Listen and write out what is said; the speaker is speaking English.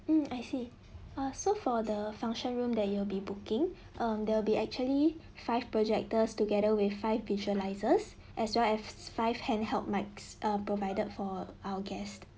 mm I see err so for the function room that you will be booking um they'll be actually five projectors together with five visualisers as well as five handheld mic err provided for our guest